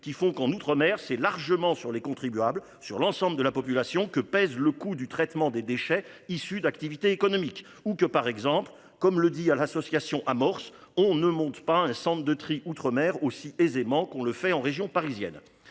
qui font qu'en Outre-mer c'est largement sur les contribuables. Sur l'ensemble de la population. Que pèse le coût du traitement des déchets issus d'activités économiques ou que par exemple comme le dit à l'association Amorce. On ne monte pas un centre de tri outre-mer aussi aisément qu'on le fait en région parisienne,